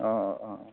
অঁ অঁ অঁ অঁ